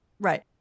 Right